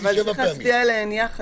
אבל צריך להצביע עליהן יחד,